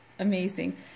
amazing